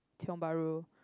Tiong Bahru